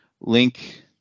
link